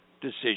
decision